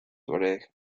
tuareg